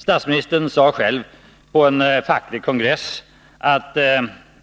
Statsministern sade själv på en facklig kongress att